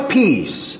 peace